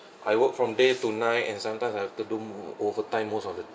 I work from day to night and sometimes I have to do overtime most of the